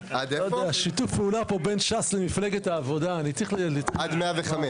שיתוף הפעולה פה בין ש"ס למפלגת העבודה --- עד ל-105.